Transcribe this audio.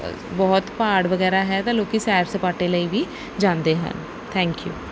ਬਹੁਤ ਪਹਾੜ ਵਗੈਰਾ ਹੈ ਤਾਂ ਲੋਕ ਸੈਰ ਸਪਾਟੇ ਲਈ ਵੀ ਜਾਂਦੇ ਹੈ ਥੈਂਕ ਯੂ